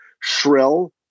Shrill